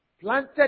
Planted